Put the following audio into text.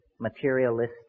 materialistic